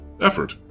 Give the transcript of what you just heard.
effort